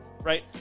right